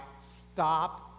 stop